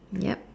yup